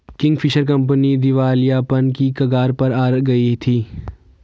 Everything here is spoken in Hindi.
किंगफिशर कंपनी दिवालियापन की कगार पर आ गई थी